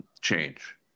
change